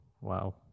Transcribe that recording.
Wow